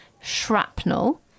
shrapnel